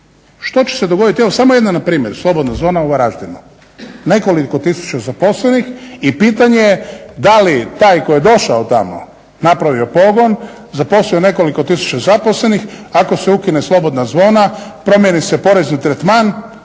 Što će se dogoditi, evo samo jedan primjer, slobodna zona u Varaždinu. Nekoliko tisuća zaposlenik i pitanje je da li taj koji je došao tamo napravio pogon, zaposlio nekoliko tisuća zaposlenih ako se ukine slobodna zona, promijeni se porezni tretman,